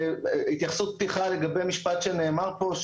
התייחסות פתיחה לגבי משפט שנאמר פה,